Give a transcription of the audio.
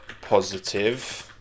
positive